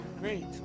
great